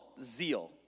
zeal